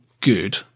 good